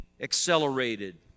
accelerated